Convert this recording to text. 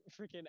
freaking